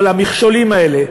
אבל המכשולים האלה,